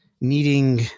needing